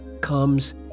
comes